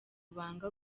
banga